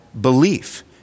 belief